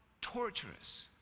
torturous